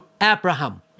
Abraham